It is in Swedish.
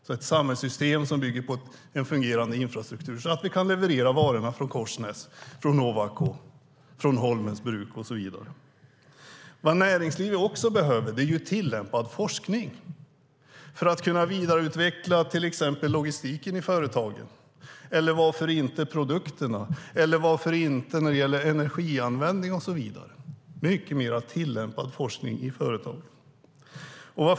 Det behövs en samhällsstruktur som bygger på en fungerande infrastruktur så att vi kan leverera varorna från Korsnäs, Ovako, Holmens bruk och så vidare. Näringslivet behöver också tillämpad forskning för att till exempel kunna vidareutveckla logistiken i företaget eller varför inte produkterna, energianvändningen och så vidare. Det behövs mycket mer tillämpad forskning i företagen.